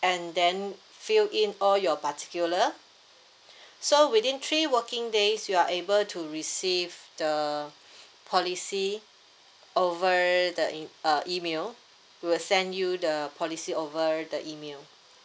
and then fill in all your particular so within three working days you are able to receive the policy over the e~ uh email we will send you the policy over the email